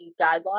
guidelines